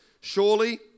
Surely